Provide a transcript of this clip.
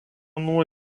nuo